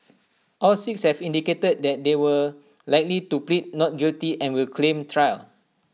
all six have indicated that they were likely to plead not guilty and will claim trial